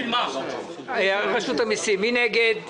הצבעה בעד, מיעוט נגד,